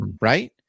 right